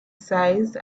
size